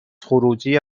خروجی